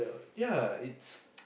ya it's